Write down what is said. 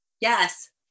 Yes